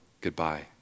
goodbye